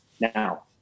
Now